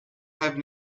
have